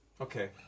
okay